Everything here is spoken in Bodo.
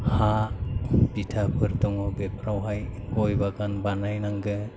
हा बिथाफोर दङ बेफोरावहाय गय बागान बानायनांगोन